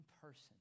person